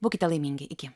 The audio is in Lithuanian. būkite laimingi iki